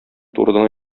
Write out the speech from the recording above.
турыдан